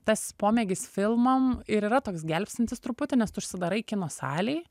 tas pomėgis filmam ir yra toks gelbstintis truputį nes tu užsidarai kino salėj